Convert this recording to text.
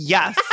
Yes